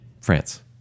France